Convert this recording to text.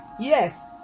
yes